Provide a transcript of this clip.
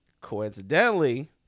coincidentally